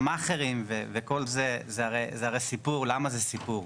המאכרים וכל זה, זה הרי סיפור, למה זה סיפור?